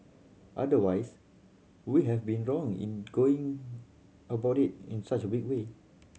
otherwise we have been wrong in going about it in such big way